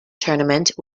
tournament